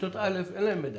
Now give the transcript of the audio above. שכיתות א' אין להם מידע.